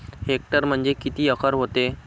Hectare म्हणजे किती acre व्हते?